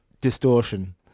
distortion